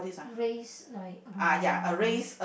race like um